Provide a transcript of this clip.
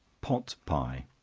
pot pie.